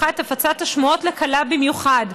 הפכה את הפצת השמועות לקלה במיוחד,